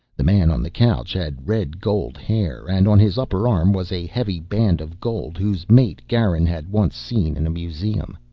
the man on the couch had red-gold hair and on his upper arm was a heavy band of gold whose mate garin had once seen in a museum.